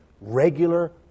regular